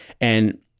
And-